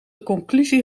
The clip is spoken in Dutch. conclusie